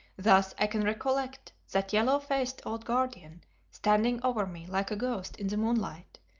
thus i can recollect that yellow-faced old guardian standing over me like a ghost in the moonlight,